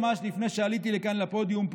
ממש לפני שעליתי לכאן לפודיום,